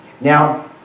now